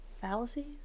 Fallacy